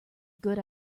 good